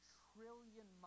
trillion